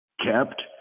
kept